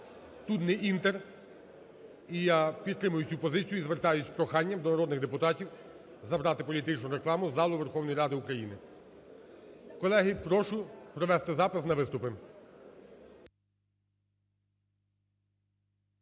Тут не "Інтер". І я підтримую цю позицію, і звертаюсь з проханням до народних депутатів забрати політичну рекламу із залу Верховної Ради України. Колеги, прошу провести запис на виступи.